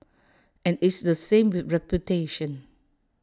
and it's the same with reputation